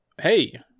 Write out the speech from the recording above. hey